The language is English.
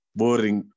boring